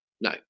no